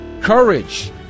Courage